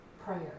Prayer